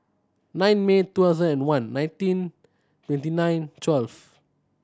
nine May two thousand and one nineteen twenty nine twelve